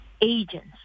agents